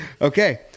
okay